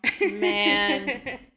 Man